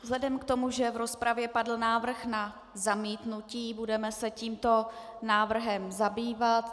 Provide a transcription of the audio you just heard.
Vzhledem k tomu, že v rozpravě padl návrh na zamítnutí, budeme se tímto návrhem zabývat.